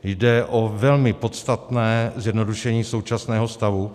Jde o velmi podstatné zjednodušení současného stavu.